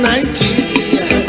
Nigeria